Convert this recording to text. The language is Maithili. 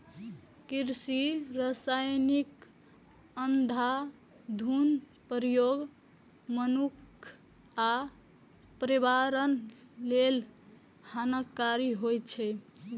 कृषि रसायनक अंधाधुंध प्रयोग मनुक्ख आ पर्यावरण लेल हानिकारक होइ छै